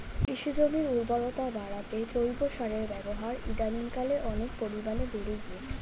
কৃষি জমির উর্বরতা বাড়াতে জৈব সারের ব্যবহার ইদানিংকালে অনেক পরিমাণে বেড়ে গিয়েছে